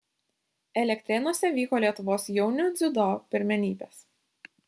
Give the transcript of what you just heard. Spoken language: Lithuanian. elektrėnuose vyko lietuvos jaunių dziudo pirmenybės